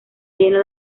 lleno